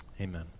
Amen